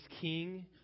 king